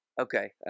Okay